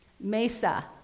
Mesa